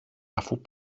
αφού